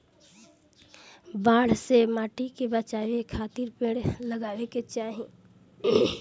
बाढ़ से माटी के बचावे खातिर पेड़ लगावे के चाही